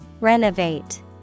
Renovate